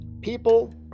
People